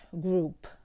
group